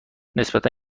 نسبتا